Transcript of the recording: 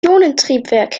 ionentriebwerk